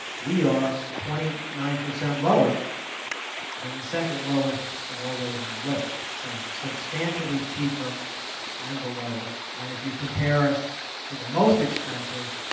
we are twenty nine percent lower than the second lowest of all those on the list. so substantially cheaper and the lowest. and if you compare us to the most expensive,